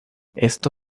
esto